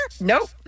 Nope